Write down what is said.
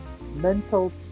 mental